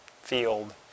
field